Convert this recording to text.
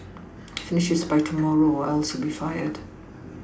finish this by tomorrow or else you'll be fired